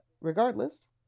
Regardless